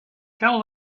tell